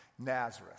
Nazareth